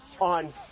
on